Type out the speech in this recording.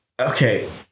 Okay